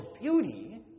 beauty